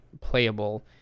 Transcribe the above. playable